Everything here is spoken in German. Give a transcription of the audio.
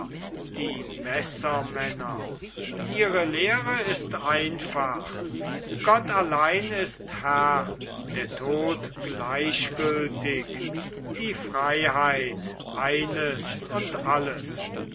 die messermänner ihre lehre ist einfach gott allein ist herr der tod gleichgültig die freiheit eines und alles